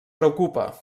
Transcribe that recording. preocupa